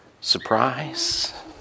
surprise